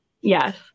Yes